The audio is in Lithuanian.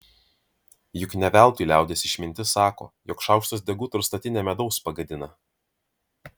juk ne veltui liaudies išmintis sako jog šaukštas deguto ir statinę medaus pagadina